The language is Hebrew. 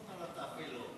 מה זאת אומרת "אפילו לא"?